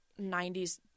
90s